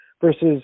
versus